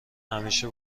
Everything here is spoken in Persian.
همیشه